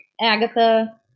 Agatha